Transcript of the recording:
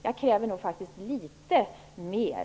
Jag kräver faktiskt litet mer.